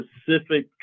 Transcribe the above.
specific